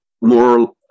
more